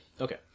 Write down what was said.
Okay